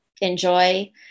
enjoy